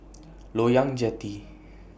Loyang Jetty